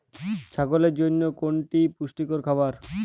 ছাগলের জন্য কোনটি পুষ্টিকর খাবার?